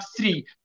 three